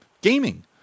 gaming